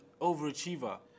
overachiever